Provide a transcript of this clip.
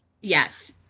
Yes